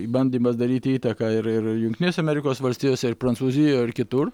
bandymas daryti įtaką ir ir jungtinėse amerikos valstijose ir prancūzijoj ir kitur